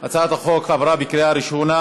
(הגנה לחיילת או חייל עקב לידה או טיפולי פוריות),